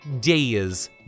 days